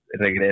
Regresa